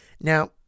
Now